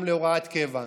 גם להוראת קבע.